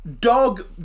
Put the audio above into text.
dog